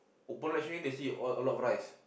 open latch only they see a a lot of rice